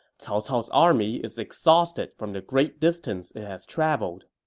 cao cao's army is exhausted from the great distance it has traveled.